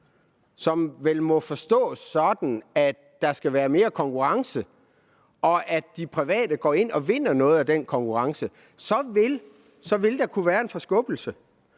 skal forstås sådan, som at der skal være mere konkurrence, og at de private går ind og vinder noget af den konkurrence, så vil der kunne komme en forskubning.